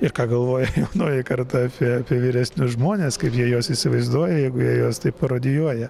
ir ką galvoja jaunoji karta apie apie vyresnius žmones kaip jie juos įsivaizduoja jeigu jie juos taip parodijuoja